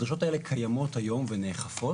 הדרישות האלה קיימות היום ונאכפות.